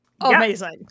Amazing